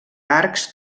arcs